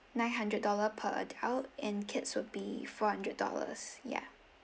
nine hundred dollars per adult and kids would be four hundred dollars yeah